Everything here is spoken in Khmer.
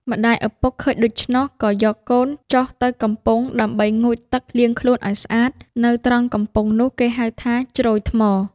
ម្តាយឪពុកឃើញដូច្នោះ ក៏យកកូនចុះទៅកំពង់ដើម្បីងូតទឹកលាងខ្លួនឱ្យស្អាត នៅត្រង់កំពង់នោះគេហៅថា ជ្រោយថ្ម។